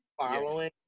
following